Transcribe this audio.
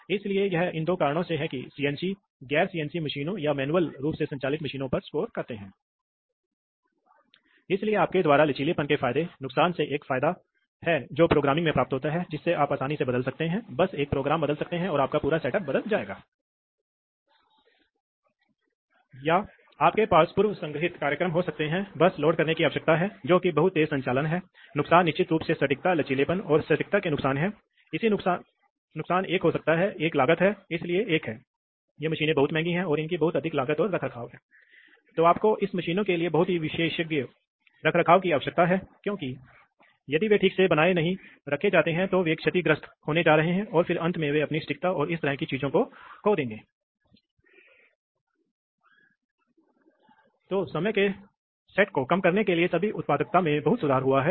तो आम तौर पर यह दबाव अंतर पैदा नहीं होगा सिलेंडर मुक्त हो जाएगा स्थानांतरित करने के लिए स्वतंत्र होगा इसलिए हाँ इसलिए वास्तव में हमारे पास यह हो सकता है जो मैं कहना चाह रहा हूं वह यह है कि हम समझ सकते हैं हम समझ सकते हैं दबाव हम दबाव महसूस कर सकते हैं शुरू में दबाव अंतर क्या है दबाव अंतर केवल एक ही चीज़ को तेज करने के लिए पर्याप्त है उसके बाद क्या है क्या आवश्यक दबाव अंतर है आवश्यक दबाव अंतर केवल एक निश्चित क्लैंपिंग फोर्स की मात्रा प्राप्त करने के लिए है सही है इसलिए दो पोर्टों के पार दबाव अंतर को महसूस करके कोई भी सिलेंडर को सक्रिय कर सकता है ताकि क्लैम्पिंग बल की एक निश्चित मात्रा को विकसित करने के बाद बंद हो जाए अर्थात यह पूरा विचार है